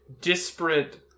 disparate